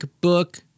book